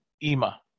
Ima